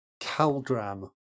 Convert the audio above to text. Caldram